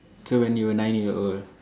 so when you were nine year old